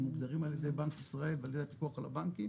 הם מוגדרים על ידי בנק ישראל ועל ידי הפיקוח על הבנקים,